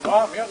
היום יום